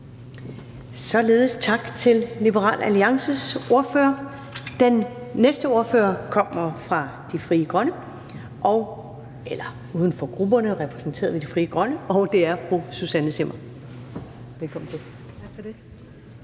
Således tak til Liberal Alliances ordfører. Den næste ordfører er uden for grupperne repræsenteret ved Frie Grønne, og det er fru Susanne Zimmer. Kl.